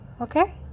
okay